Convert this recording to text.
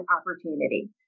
opportunity